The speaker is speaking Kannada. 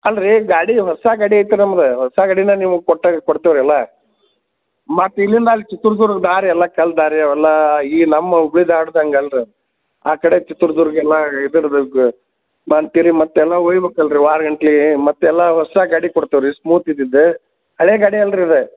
ಅಲ್ರಿ ಗಾಡಿ ಹೊಸ ಗಾಡಿ ಐತ್ರಿ ನಮ್ದು ಹೊಸ ಗಾಡಿಯೇ ನಿಮಗೆ ಕೊಟ್ಟಾರೆ ಕೊಡ್ತೇವ್ರಿ ಎಲ್ಲ ಮತ್ತೆ ಇಲ್ಲಿಂದ ಅಲ್ಲಿ ಚಿತ್ರದುರ್ಗ ದಾರಿ ಎಲ್ಲ ಕಲ್ಲು ದಾರಿ ಅವೆಲ್ಲ ಈಗಿನ ನಮ್ಮ ಹುಬ್ಬಳ್ಳಿ ದಾಟಿದಂಗೆ ಅಲ್ರಿ ಅದು ಆ ಕಡೆ ಚಿತ್ರದುರ್ಗ ಎಲ್ಲ ಇದ್ರದ್ದು ಮಾಂತಿರಿ ಮತ್ತೆ ನಾವು ಒಯ್ಯಬೇಕು ಅಲ್ರಿ ವಾರಗಟ್ಲೆ ಮತ್ತೆ ಎಲ್ಲ ಹೊಸ ಗಾಡಿ ಕೊಡ್ತೇವ್ರಿ ಸ್ಮೂತ್ ಇದ್ದದ್ದು ಹಳೇ ಗಾಡಿ ಅಲ್ರಿ ಅದು